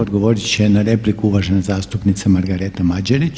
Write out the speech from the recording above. Odgovorit će na repliku uvažena zastupnica Margareta Mađerić.